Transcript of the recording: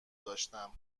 داشتم